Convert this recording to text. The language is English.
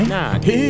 Nah